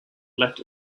left